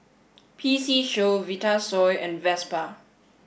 P C Show Vitasoy and Vespa